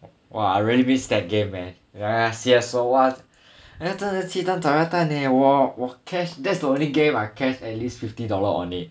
!wah! I really missed that game man !aiya! C_S_G_O !wah! 真的鸡蛋炒鸭蛋 eh 我 cash and that's the only game I cash at least fifty dollar on it